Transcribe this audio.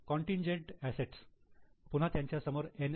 contingent assets पुन्हा त्यांच्यासमोर N